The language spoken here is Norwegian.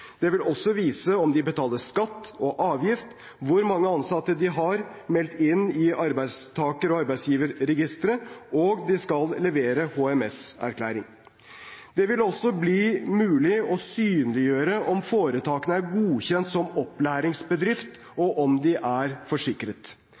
betaler skatt og avgift, hvor mange ansatte de har meldt inn i Arbeidstaker- og arbeidsgiverregisteret, og de skal levere HMS-erklæring. Det vil også bli mulig å synliggjøre om foretakene er godkjent som opplæringsbedrift, og